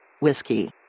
Whiskey